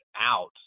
out